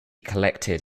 collected